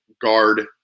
guard